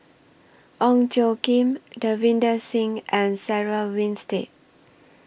Ong Tjoe Kim Davinder Singh and Sarah Winstedt